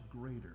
greater